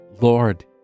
Lord